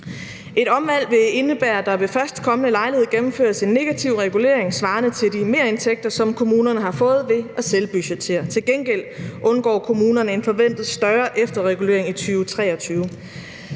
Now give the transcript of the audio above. Et omvalg vil indebære, at der ved førstkommende lejlighed gennemføres en negativ regulering svarende til de merindtægter, som kommunerne har fået ved at selvbudgettere. Til gengæld undgår kommunerne en forventet større efterregulering i 2023.